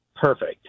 perfect